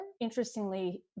Interestingly